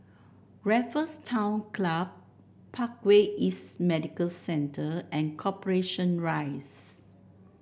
Raffles Town Club Parkway East Medical Centre and Corporation Rise